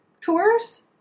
tours